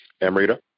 Amrita